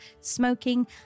smoking